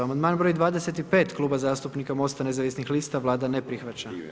Amandman broj 25 Kluba zastupnika Mosta nezavisnih lista Vlada ne prihvaća.